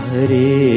Hare